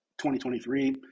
2023